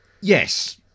yes